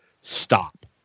Stop